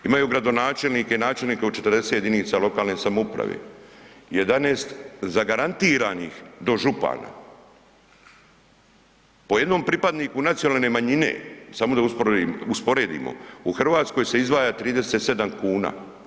Imaju gradonačelnike i načelnike u 40 jedinica lokalne samouprave, 11 zagarantiranih dožupana, po jednom pripadniku nacionalne manjine, samo da usporedimo, u Hrvatskoj se izdvaja 37 kn.